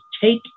take